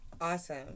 Awesome